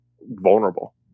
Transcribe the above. vulnerable